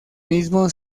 mismo